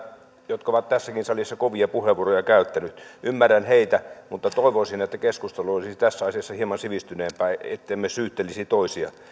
jotka ovat tässäkin salissa kovia puheenvuoroja käyttäneet ymmärrän heitä mutta toivoisin että keskustelu olisi tässä asiassa hieman sivistyneempää ettemme syyttelisi toisia